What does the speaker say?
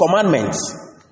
commandments